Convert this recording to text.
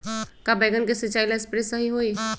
का बैगन के सिचाई ला सप्रे सही होई?